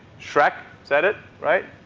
shrek said it, right?